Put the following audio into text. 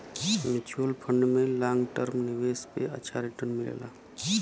mutual fund में long term निवेश पे अच्छा रीटर्न मिलला